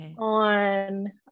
on